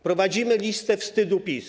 Prowadzimy listę wstydu PiS.